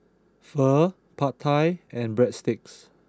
Pho Pad Thai and Breadsticks